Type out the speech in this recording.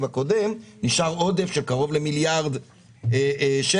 הקודם נשאר עודף של קרוב למיליארד שקל.